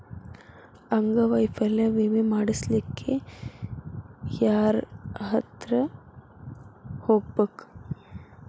ಅಂಗವೈಫಲ್ಯ ವಿಮೆ ಮಾಡ್ಸ್ಲಿಕ್ಕೆ ಯಾರ್ಹತ್ರ ಹೊಗ್ಬ್ಖು?